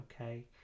okay